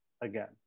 again